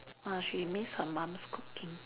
ah she miss her mum's cooking